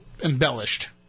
embellished